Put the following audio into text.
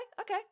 okay